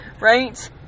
Right